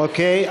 אוקיי.